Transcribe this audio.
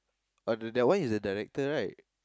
oh the that one is the director right